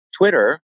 Twitter